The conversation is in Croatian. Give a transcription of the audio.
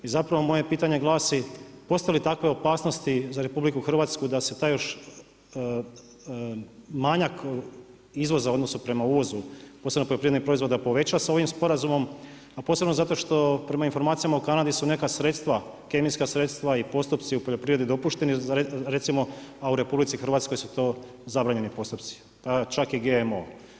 I zapravo moje pitanje glasi postoji li takve opasnosti za RH, da se taj još manjak izvoza u odnosnu prema uvozu, posebno poljoprivrednih proizvoda, poveća sa ovim sporazumom, a posebno zato što prema informacijama u Kanadi su neka sredstva kemijska sredstva i postupci u poljoprivredi dopušteni, a u RH, su tu zabranjeni postupci, čak i GMO.